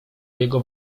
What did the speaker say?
jego